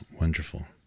wonderful